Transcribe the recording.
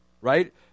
Right